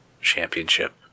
championship